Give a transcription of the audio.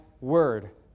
word